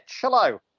hello